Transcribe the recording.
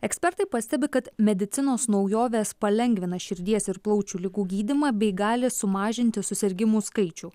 ekspertai pastebi kad medicinos naujovės palengvina širdies ir plaučių ligų gydymą bei gali sumažinti susirgimų skaičių